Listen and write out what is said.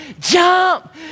jump